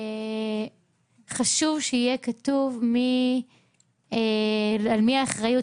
חשוב שיהיה כתוב על מי האחריות,